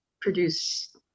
produce